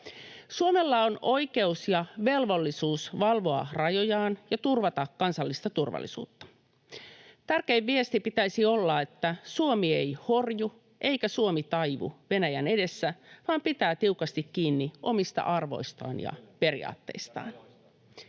Suomella on oikeus ja velvollisuus valvoa rajojaan ja turvata kansallista turvallisuuttaan. Tärkein viesti pitäisi olla, että Suomi ei horju eikä Suomi taivu Venäjän edessä, vaan pitää tiukasti kiinni omista arvoistaan ja periaatteistaan.